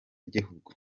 gihugu